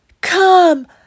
come